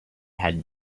had